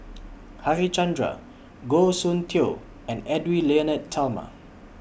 Harichandra Goh Soon Tioe and Edwy Lyonet Talma